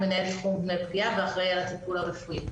וגם שאנחנו נוכל לפעול לפי החוק,